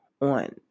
on